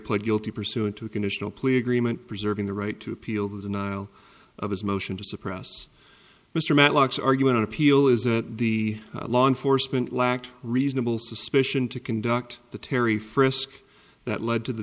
pled guilty pursuant to a conditional plea agreement preserving the right to appeal the denial of his motion to suppress mr matlock argument on appeal is that the law enforcement lacked reasonable suspicion to conduct the terry frisk that led to the